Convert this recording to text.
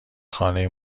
خانه